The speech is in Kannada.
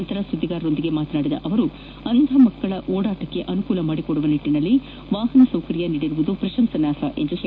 ಬಳಿಕ ಸುದ್ದಿಗಾರರೊಂದಿಗೆ ಮಾತನಾಡಿದ ಅವರು ಅಂಧ ಮಕ್ಕಳ ಓಡಾಟಕ್ಕೆ ಅನುಕೂಲ ಮಾಡಿಕೊಡುವ ನಿಟ್ಟನಲ್ಲಿ ವಾಹನ ಸೌಕರ್ಯ ನೀಡಿರುವುದು ಪ್ರಶಂಸನಾರ್ಹ ಎಂದರು